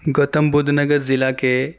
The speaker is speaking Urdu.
گوتم بدھ نگر ضلع کے